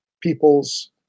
peoples